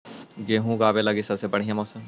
गेहूँ ऊगवे लगी सबसे बढ़िया मौसम?